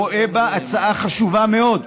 רואה בה הצעה חשובה מאוד.